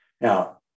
Now